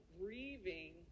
grieving